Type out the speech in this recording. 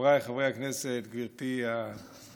חבריי חברי הכנסת, גברתי השרה,